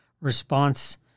response